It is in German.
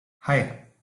hei